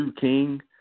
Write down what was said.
King